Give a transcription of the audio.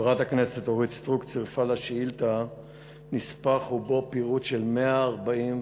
חברת הכנסת אורית סטרוק צירפה לשאילתה נספח ובו פירוט של 149